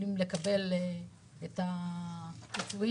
לגבי הסכום ששולם עד כה עבור הסעיפים